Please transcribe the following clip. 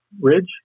Ridge